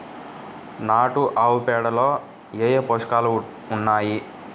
నాటు ఆవుపేడలో ఏ ఏ పోషకాలు ఉన్నాయి?